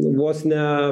vos ne